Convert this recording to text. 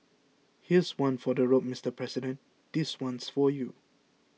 here's one for the road Mister President this one's for you